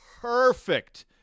perfect